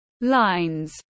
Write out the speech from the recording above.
lines